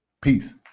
Peace